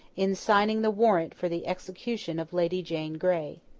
in signing the warrant for the execution of lady jane grey.